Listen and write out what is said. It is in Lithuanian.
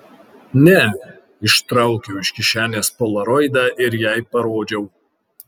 ne ištraukiau iš kišenės polaroidą ir jai parodžiau